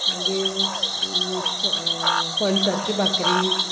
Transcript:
मागीर फणसाची भाकरी